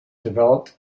developed